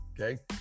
okay